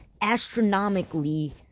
astronomically